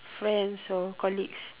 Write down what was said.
friends or colleagues